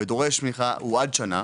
עד שנה.